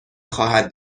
خواهد